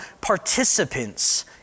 participants